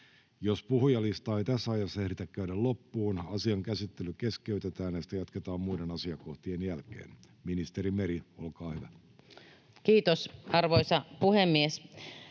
Jos puhujalistaa ei tässä ajassa ehditä käydä loppuun, asian käsittely keskeytetään ja sitä jatketaan muiden asiakohtien jälkeen. — Ministeri Essayah, olkaa hyvä. Kiitoksia, arvoisa puhemies!